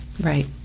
Right